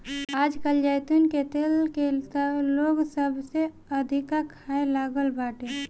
आजकल जैतून के तेल के लोग सबसे अधिका खाए लागल बाटे